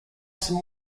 some